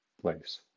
place